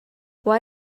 why